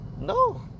No